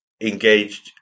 engaged